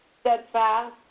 steadfast